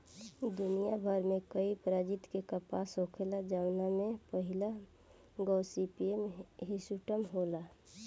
दुनियाभर में कई प्रजाति के कपास होखेला जवना में पहिला गॉसिपियम हिर्सुटम होला